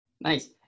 Nice